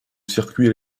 circuit